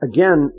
Again